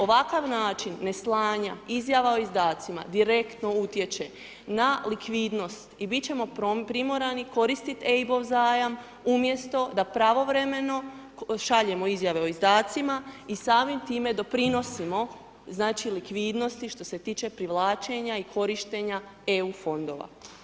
Ovakav način neslanja izjava o izdacima direktno utječe na likvidnost i biti ćemo primorani koristiti EIB-ov zajam umjesto da pravovremeno šaljemo izjave o izdacima i samim time doprinosimo znači likvidnosti što se tiče privlačenja i korištenja EU fondova.